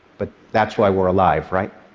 but that's why we're alive, right?